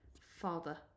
Father